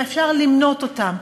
שאפשר למנות אותם,